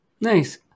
nice